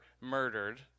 murdered